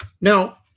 Now